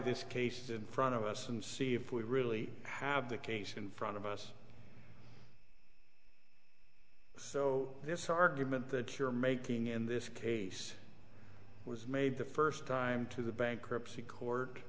this case in front of us and see if we really have the case in front of us so this argument that you're making in this case was made the first time through the bankruptcy court